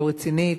לא רצינית.